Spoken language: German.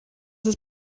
ist